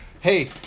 hey